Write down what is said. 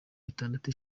itandatu